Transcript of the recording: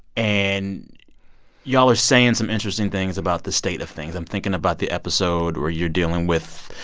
and y'all are saying some interesting things about the state of things. i'm thinking about the episode where you're dealing with